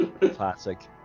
classic